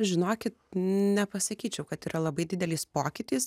žinokit nepasakyčiau kad yra labai didelis pokytis